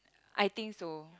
I think so